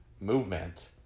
movement